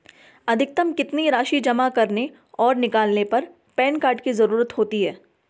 अधिकतम कितनी राशि जमा करने और निकालने पर पैन कार्ड की ज़रूरत होती है?